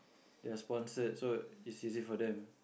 they are sponsored so it's easy for them